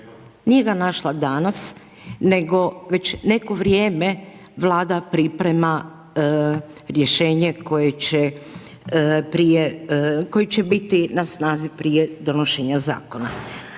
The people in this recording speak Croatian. nije ga našla danas nego već neko vrijeme Vlada priprema rješenje koje će prije, koje će biti na snazi prije donošenja zakona.